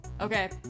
Okay